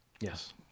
Yes